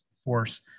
force